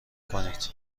کنید